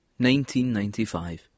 1995